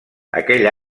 aquell